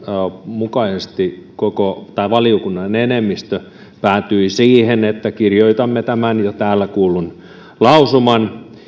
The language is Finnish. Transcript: mukaisesti valiokunnan enemmistö päätyi siihen että kirjoitamme tämän jo täällä kuullun lausuman